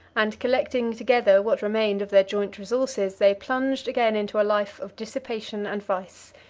and, collecting together what remained of their joint resources, they plunged again into a life of dissipation and vice,